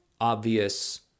obvious